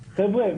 חבר'ה,